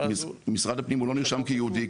ואז הוא --- במשרד הפנים הוא לא נרשם כיהודי,